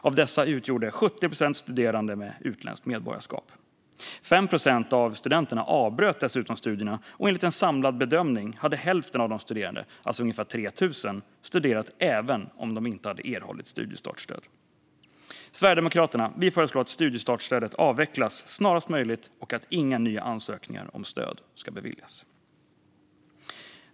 Av dessa utgjorde 70 procent studerande med utländskt medborgarskap. 5 procent av studenterna avbröt dessutom studierna, och enligt en samlad bedömning hade hälften av de studerande, ungefär 3 000 personer, studerat även om de inte hade erhållit studiestartsstöd. Sverigedemokraterna föreslår att studiestartsstödet avvecklas snarast möjligt och att inga nya ansökningar om stöd ska beviljas.